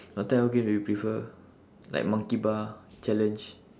what type of game do you prefer like monkey bar challenge